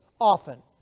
often